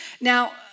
Now